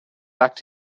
back